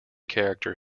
character